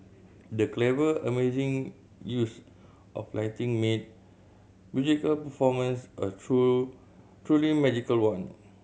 the clever amazing use of lighting made musical performance a true truly magical one